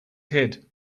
head